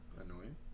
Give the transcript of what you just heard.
Annoying